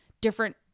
different